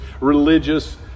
religious